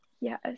Yes